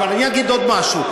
אבל אני אגיד עוד משהו.